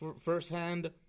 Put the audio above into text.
firsthand